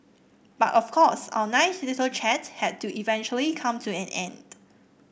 but of course our nice little chat had to eventually come to an end